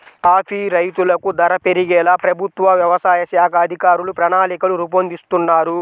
coffee రైతులకు ధర పెరిగేలా ప్రభుత్వ వ్యవసాయ శాఖ అధికారులు ప్రణాళికలు రూపొందిస్తున్నారు